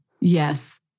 Yes